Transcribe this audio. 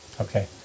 Okay